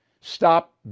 Stop